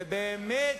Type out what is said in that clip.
ובאמת,